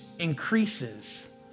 increases